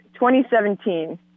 2017